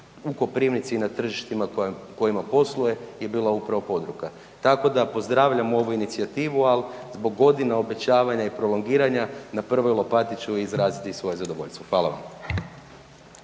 u Koprivnici i na tržištima kojima posluje je bila upravo .../Govornik se ne razumije./... tako da pozdravljam ovu inicijativu, ali zbog godina obećavanja i prolongiranja, na prvoj lopati ću i izraziti svoje zadovoljstvo. Hvala vam.